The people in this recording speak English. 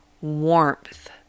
warmth